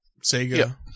Sega